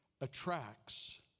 attracts